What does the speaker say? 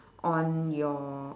on your